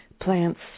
plants